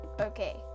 Okay